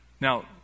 Now